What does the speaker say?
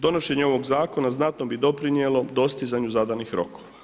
Donošenje ovog zakona znatno bi doprinijelo dostizanju zadanih rokova.